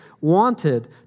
wanted